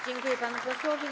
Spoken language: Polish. Dziękuję panu posłowi.